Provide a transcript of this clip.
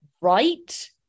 Right